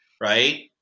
right